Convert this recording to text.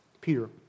Peter